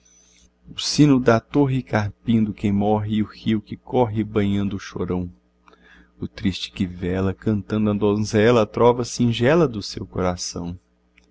o sino da torre carpindo quem morre e o rio que corre banhando o chorão o triste que vela cantando à donzela a trova singela do seu coração